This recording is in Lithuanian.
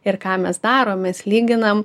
ir ką mes darom mes lyginam